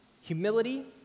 Humility